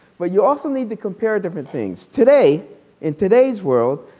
but you also need the comparative and things. today in today's world,